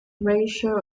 ratio